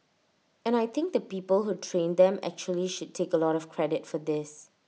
and I think the people who trained them actually should take A lot of credit for this